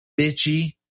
bitchy